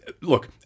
look